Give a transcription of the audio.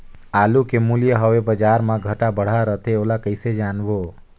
आलू के मूल्य हवे बजार मा घाट बढ़ा रथे ओला कइसे जानबो?